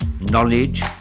knowledge